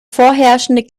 vorherrschende